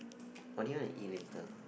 what do you want to eat later ah